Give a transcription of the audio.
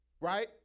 right